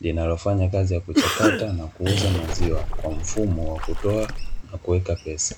linalofanya kazi ya kuchakata na kuuza maziwa kwa mfumo wa kutoa na kuweka pesa.